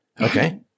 Okay